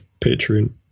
Patreon